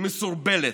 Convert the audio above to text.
היא מסורבלת,